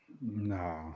No